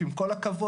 כי עם כל הכבוד,